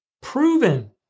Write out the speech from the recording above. proven